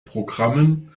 programmen